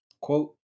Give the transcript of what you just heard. Quote